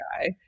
guy